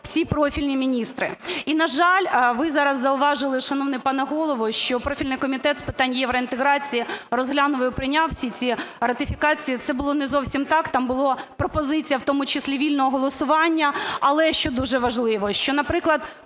всі профільні міністри. І, на жаль, ви зараз зауважили, шановний пане Голово, що профільний Комітет з питань євроінтеграції розглянув і прийняв всі ці ратифікації, це було не зовсім так, там була пропозиція в тому числі вільного голосування. Але, що дуже важливо, що, наприклад,